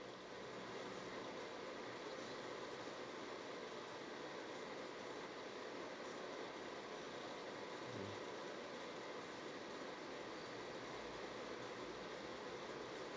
mm